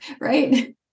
right